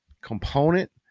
component